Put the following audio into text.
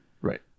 Right